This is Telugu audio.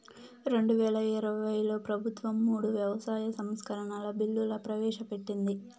రెండువేల ఇరవైలో ప్రభుత్వం మూడు వ్యవసాయ సంస్కరణల బిల్లులు ప్రవేశపెట్టింది